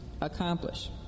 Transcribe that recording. accomplish